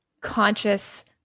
conscious